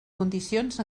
condicions